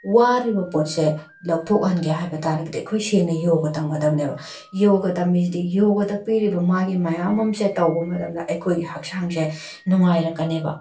ꯋꯥꯔꯤꯕ ꯄꯣꯠꯁꯦ ꯂꯧꯊꯣꯛꯍꯟꯒꯦ ꯍꯥꯏꯕ ꯇꯔꯒꯗꯤ ꯑꯩꯈꯣꯏ ꯁꯦꯡꯅ ꯌꯣꯒ ꯇꯝꯒꯗꯕꯅꯦꯕ ꯌꯣꯒ ꯇꯝꯃꯤꯁꯤꯗꯤ ꯌꯣꯒꯗ ꯄꯤꯔꯤꯕ ꯃꯥꯒꯤ ꯃꯌꯥꯝ ꯑꯃꯁꯦ ꯇꯧꯕ ꯃꯇꯝꯗ ꯑꯩꯈꯣꯏꯒꯤ ꯍꯛꯆꯥꯡꯁꯦ ꯅꯨꯡꯉꯥꯏꯔꯛꯀꯅꯦꯕ